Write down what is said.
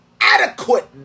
adequate